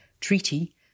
treaty